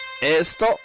esto